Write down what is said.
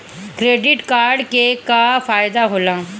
Credit card के का फायदा होला?